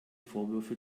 vorwürfe